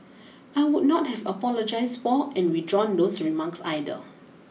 I would not have apologized for and withdrawn those remarks either